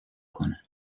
کنن